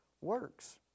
works